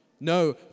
No